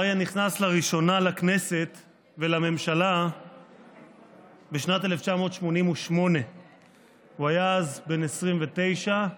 אריה נכנס לראשונה לכנסת ולממשלה בשנת 1988. הוא היה אז בן 29,